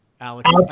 Alex